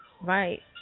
Right